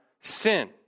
sin